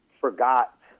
forgot